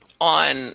on